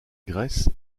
grèce